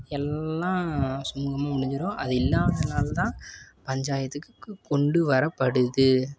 எல்லாம் சுமூகமாக முடிஞ்சிடும் அது இல்லாததுனால தான் பஞ்சாயத்துக்குக் கொண்டு வரப்படுது